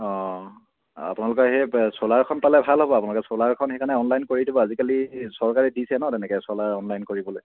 অঁ আপোনালোকৰ সেই চ'লাৰখন পালে ভাল হ'ব আপোনালোকে চ'লাৰ এখন সেইকাৰণে অনলাইন কৰি দিব আজিকালি চৰকাৰী দিছে ন তেনেকৈ চ'লাৰ অনলাইন কৰিবলৈ